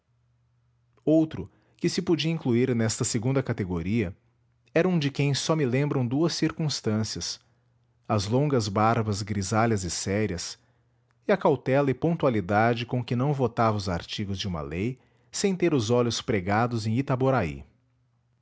outro que se podia incluir nesta segunda categoria era um de quem só me lembram duas circunstâncias as longas barbas grisalhas e sérias e a cautela e pontualidade com que não votava os artigos de uma lei sem ter os olhos pregados em itaboraí